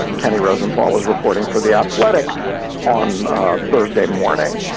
ah kenny rosen, paul is reporting for the athletic on thursday morning.